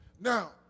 Now